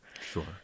Sure